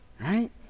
right